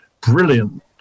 brilliant